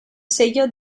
sello